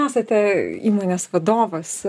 esate įmonės vadovas